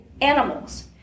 animals